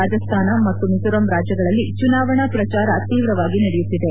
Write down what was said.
ರಾಜಸ್ತಾನ ಮತ್ತು ಮಿಜೋರಾಂ ರಾಜ್ಯಗಳಲ್ಲಿ ಚುನಾವಣಾ ಪ್ರಚಾರ ತೀವ್ರವಾಗಿ ನಡೆಯುತ್ತಿದೆ